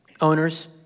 owners